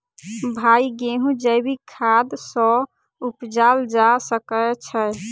भाई गेंहूँ जैविक खाद सँ उपजाल जा सकै छैय?